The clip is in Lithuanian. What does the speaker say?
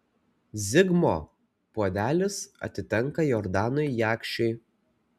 zigmo puodelis atitenka jordanui jakšiui